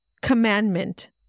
commandment